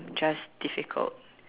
just difficult